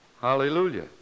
Hallelujah